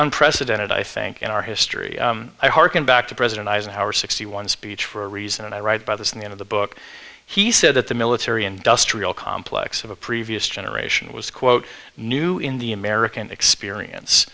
unprecedented i think in our history i hearken back to president eisenhower sixty one speech for a reason and i write by this in the end of the book he said that the military industrial complex of a previous generation was quote new in the american